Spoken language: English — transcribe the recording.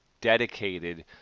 dedicated